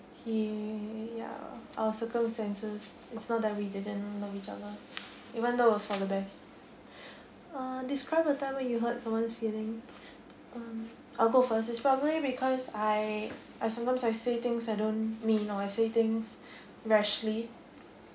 he ya our circumstances it's not that we didn't love each other even though was for the best uh describe a time when you hurt someone's feeling um I'll go first is probably because I I sometimes I say things I don't mean or I say things rashly